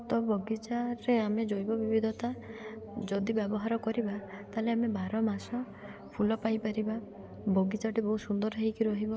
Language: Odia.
ତ ବଗିଚାରେ ଆମେ ଜୈବ ବିବିଧତା ଯଦି ବ୍ୟବହାର କରିବା ତାହେଲେ ଆମେ ବାର ମାସ ଫୁଲ ପାଇପାରିବା ବଗିଚାଟି ବହୁତ ସୁନ୍ଦର ହେଇକି ରହିବ